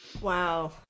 Wow